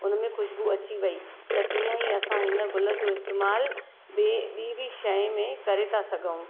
उन में ख़ुशबू अची वई त तीअं ई असां हिन गुल जो इस्तेमालु ॿिए बि बि शइ में करे था सघूं